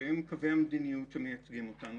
שהם קווי המדיניות שמייצגים אותנו.